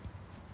you that time